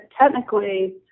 technically